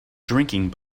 drinking